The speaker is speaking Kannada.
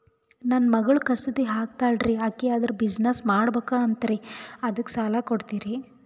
ನನ್ನ ಮಗಳು ಕಸೂತಿ ಹಾಕ್ತಾಲ್ರಿ, ಅಕಿ ಅದರ ಬಿಸಿನೆಸ್ ಮಾಡಬಕು ಅಂತರಿ ಅದಕ್ಕ ಸಾಲ ಕೊಡ್ತೀರ್ರಿ?